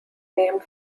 named